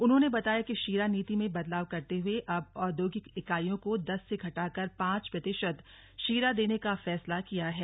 उन्होंने बताया कि शीरा नीति में बदलाव करते हुये अब औद्योगिक इकाइयों को दस से घटाकर पांच प्रतिशत शीरा देने का फैसला किया है